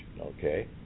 Okay